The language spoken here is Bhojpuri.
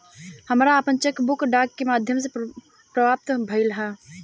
हमरा आपन चेक बुक डाक के माध्यम से प्राप्त भइल ह